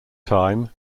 time